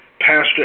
Pastor